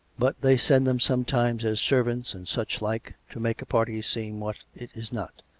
but they send them sometimes as servants and such like, to make a party seem what it is not,